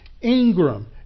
Ingram